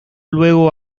luego